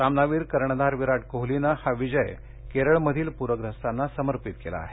सामनावीर कर्णधार विराट कोहलीनं हा विजय केरळमधील पूरग्रस्तांना समर्पित केला आहे